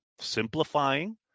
simplifying